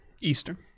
Eastern